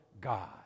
God